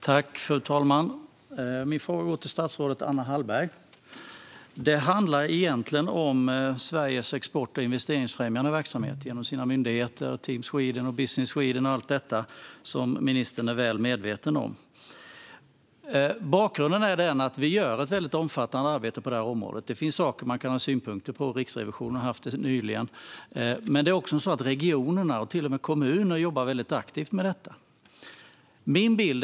Fru talman! Min fråga går till statsrådet Anna Hallberg. Frågan handlar om Sveriges export och investeringsfrämjande verksamhet genom myndigheterna Team Sweden, Business Sweden och så vidare, som ministern är väl medveten om. Bakgrunden är att vi gör ett omfattande arbete på området. Det finns saker man kan ha synpunkter på - Riksrevisionen har nyligen haft det - men det är också så att regionerna, och till och med kommuner, jobbar väldigt aktivt med detta.